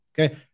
Okay